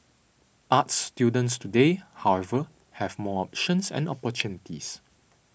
arts students today however have more options and opportunities